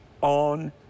on